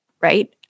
right